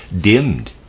dimmed